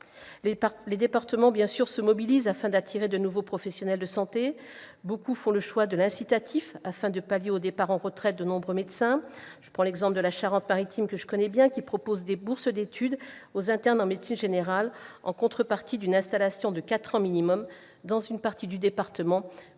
Les départements se mobilisent pour attirer de nouveaux professionnels de santé ; beaucoup font le choix de l'incitation pour remédier aux départs en retraite de nombreux médecins. Prenons l'exemple de la Charente-Maritime, que je connais bien : ce département propose des bourses d'études aux internes en médecine générale, en contrepartie d'une installation de quatre ans au minimum dans une partie du département